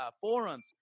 forums